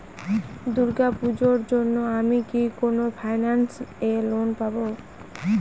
দূর্গা পূজোর জন্য আমি কি কোন ফাইন্যান্স এ লোন পাবো?